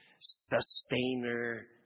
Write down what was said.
sustainer